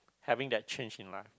having that change in life